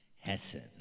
Hessen